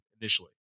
initially